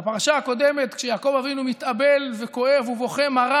בפרשה הקודמת, כשיעקב אבינו מתאבל, כואב ובוכה מרה